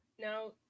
Now